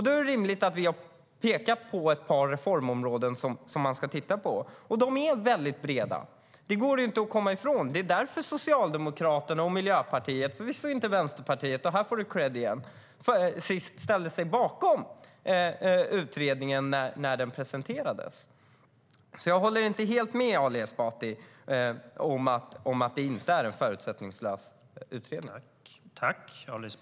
Då är det rimligt att vi har pekat på ett par reformområden som utredningen ska titta på. Det går inte att komma ifrån att områdena är breda. Det är därför Socialdemokraterna och Miljöpartiet - förvisso inte Vänsterpartiet, och här får Ali Esbati kredd igen - ställde sig bakom den när den presenterades.